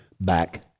back